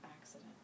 accident